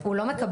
הוא לא מקבל.